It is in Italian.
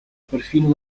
perfino